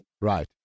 Right